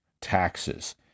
taxes